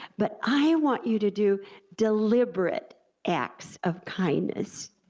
but i want you to do deliberate acts of kindness.